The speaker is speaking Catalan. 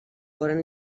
foren